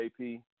JP